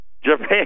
Japan